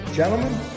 Gentlemen